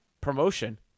promotion